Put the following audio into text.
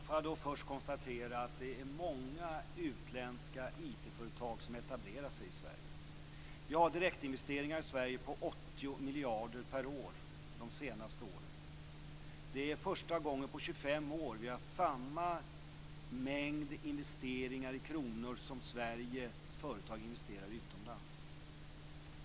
Fru talman! Jag konstaterar att många utländska IT-företag etablerar sig i Sverige. Under de senaste åren har vi haft direktinvesteringar i Sverige på 80 miljarder per år. Det är första gången på 25 år som det investeras lika mycket i kronor här som Sveriges företag investerar utomlands.